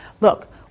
look